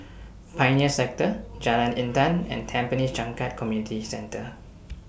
Pioneer Sector Jalan Intan and Tampines Changkat Community Centre